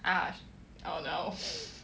us oh no